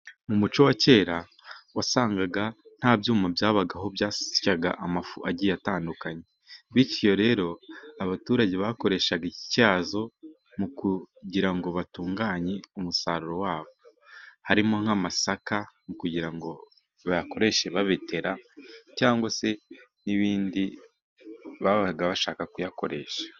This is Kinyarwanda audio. Mu muco wa kera wasangaga nta byuma byabagaho byasyaga amafu agiye atandukanye bityo rero abaturage bakoreshaga intyazo mu kugira ngo batunganye umusaruro wabo. Harimo nk'amasaka kugira ngo bayakoreshe babetera cyangwa se n'ibindi babaga bashaka kuyakoresha.